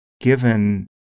given